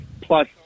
plus